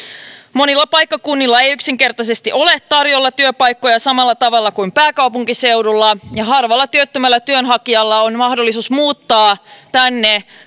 monilla paikkakunnilla ei yksinkertaisesti ole tarjolla työpaikkoja samalla tavalla kuin pääkaupunkiseudulla ja harvalla työttömällä työnhakijalla on mahdollisuus muuttaa tänne